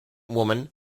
woman